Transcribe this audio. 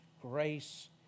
grace